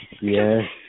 Yes